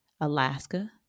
Alaska